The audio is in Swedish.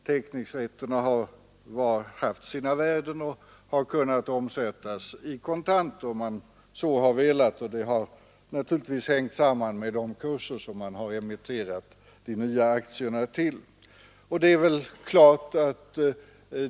Teckningsrätterna har haft sina värden och har kunnat omsättas i kontanter, om man så har velat. Det har naturligtvis hängt samman med de kurser som man har emitterat de nya aktierna till.